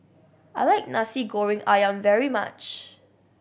I like Nasi Goreng Ayam very much